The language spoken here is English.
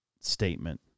statement